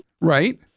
Right